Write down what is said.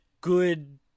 good